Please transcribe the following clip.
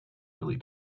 really